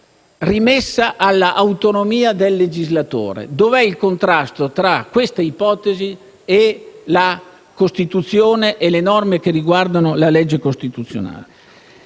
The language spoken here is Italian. rimessa all'autonomia del legislatore. Dov'è il contrasto tra questa ipotesi e le norme che riguardano la legge costituzionale?